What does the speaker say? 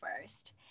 first